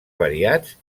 variats